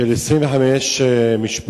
של 25 משפחות,